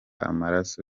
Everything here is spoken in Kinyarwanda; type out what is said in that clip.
amaraso